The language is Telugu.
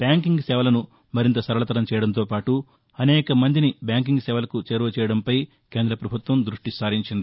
బ్యాంకింగ్ సేవలసు మరింత సరళతరం చేయడంతో పాటు అనేక మందిని బ్యాంకింగ్ సేవలకు చేరువ చేయడంపై కేంద్రద పభుత్వం దృష్టి పెట్టింది